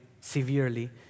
severely